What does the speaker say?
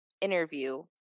interview